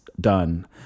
done